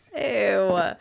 Ew